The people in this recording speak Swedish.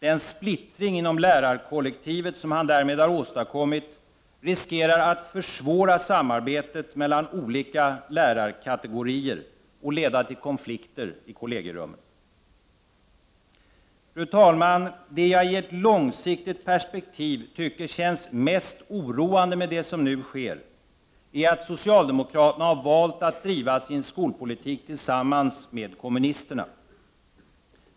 Den splittring inom lärarkollektivet som han därmed har åstadkommit riskerar att försvåra samarbetet mellan olika lärarkategorier och leda till konflikter i kollegierummen. Fru talman! I ett långsiktigt perspektiv tycker jag att det som känns mest oroande med det som nu sker, är att socialdemokraterna valt att driva sin skolpolitik enbart tillsammans med kommunisterna.